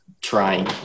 trying